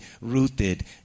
rooted